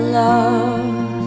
love